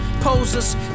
posers